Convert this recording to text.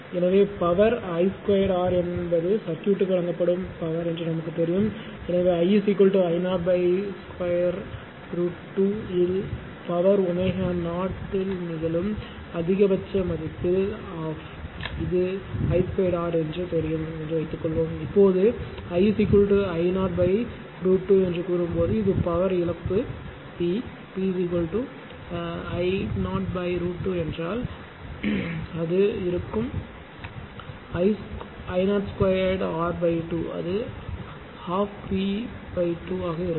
எனவே power I 2 R என்பது சர்க்யூட்க்கு வழங்கப்படும் பவர் என்று நமக்கு தெரியும் எனவே I I 0 √ 2 இல் பவர் ω0 நிகழும் அதிகபட்ச மதிப்பில் ½ இது I2 r என்று தெரியும் என்று வைத்துக்கொள்வோம் இப்போது I I0 √ 2 என்று கூறும்போது இது பவர் இழப்பு P P I I 0 √ 2 என்றால் அது இருக்கும் I0 2 R 2 அது 12 P 2 ஆக இருக்கும்